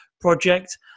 Project